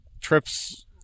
trips